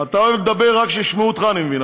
אתה אוהב לדבר רק שישמעו אותך, אני מבין.